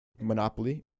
Monopoly